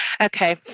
Okay